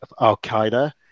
Al-Qaeda